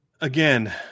Again